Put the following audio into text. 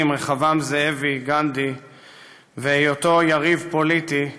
עם רחבעם זאבי גנדי והיותו יריב פוליטי,